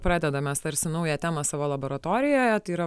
pradedam mes tarsi naują temą savo laboratorijoje tai yra